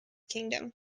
kingdom